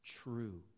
true